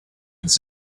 could